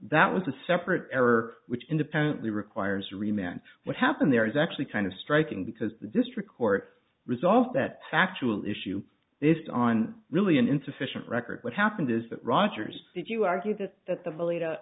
that was a separate error which independently requires remand what happened there is actually kind of striking because the district court resolved that factual issue is on really an insufficient record what happened is that rogers did you argue this that the